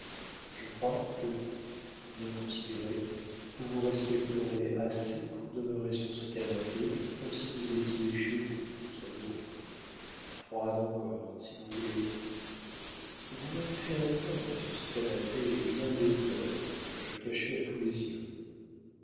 je crois que tout bien considéré vous vous respecterez assez pour demeurer sur ce canapé comme si vous étiez chez vous sur le vôtre froide encore si vous voulez vous m'avez fait répandre sur ce canapé bien des pleurs que je cachais à tous les yeux